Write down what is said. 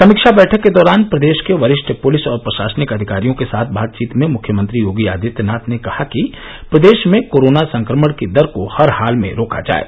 समीक्षा बैठक के दौरान प्रदेश के वरिष्ठ पुलिस और प्रशासनिक अधिकारियों के साथ बातचीत में मुख्यमंत्री योगी आदित्यनाथ ने कहा कि प्रदेश में कोरोना संक्रमण की दर को हर हाल में रोका जाये